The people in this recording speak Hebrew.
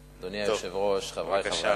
אדוני היושב-ראש, חברי חברי הכנסת,